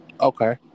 Okay